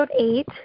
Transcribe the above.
eight